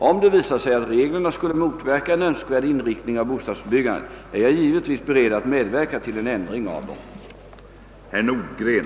Om det visar sig att reglerna skulle motverka en önskvärd inriktning av bostadsbyggandet är jag givetvis beredd att medverka till en ändring av dem.